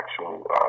actual